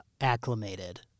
acclimated